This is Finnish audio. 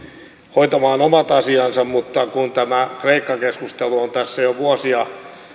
hoitamaan omat asiansa mutta kun tämä kreikka keskustelu on tässä jo vuosia